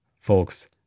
folks